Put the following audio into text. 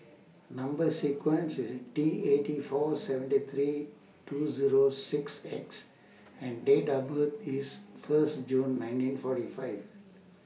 Number sequence IS T eighty four seventy three two Zero six X and Date of birth IS First June nineteen forty five